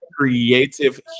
creative